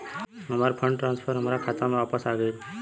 हमार fund transfer हमार खाता में वापस आ गइल